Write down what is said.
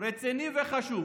רציני וחשוב